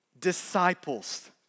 disciples